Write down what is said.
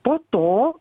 po to